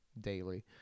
Daily